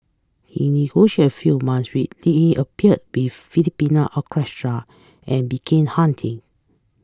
he negotiated a few month which let him appear with Philadelphia Orchestra and began hunting